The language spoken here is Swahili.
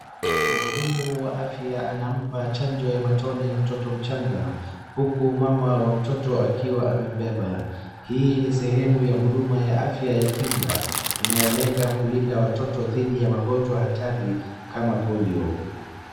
Mhudumu wa afya anampa chanjo ya matone mtoto mchanga huku mama wa mtoto akiwa amembeba. Hii ni sehemu ya huduma ya afya ya kinga inayolenga kulinda watoto dhidi ya magonjwa hatari kama polio.